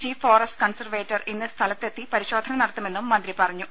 chief forest conservator ഇന്ന് സ്ഥലത്തെത്തി പരിശോധന നടത്തുമെന്നും മന്ത്രി പറഞ്ഞു